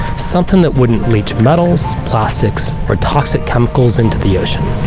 something that wouldn't leech metals, plastics, or toxic chemicals into the ocean.